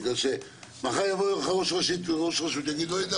בגלל שמחר יבוא ראש רשות ויגיד: לא יודע,